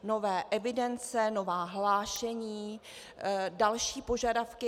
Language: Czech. Nové evidence, nová hlášení, další požadavky.